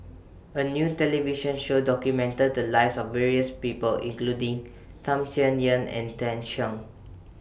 A New television Show documented The Lives of various People including Tham Sien Yen and Tan Shen